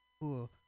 Cool